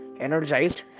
energized